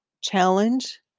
challenge